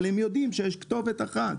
אבל הם יודעים שיש כתובת אחת.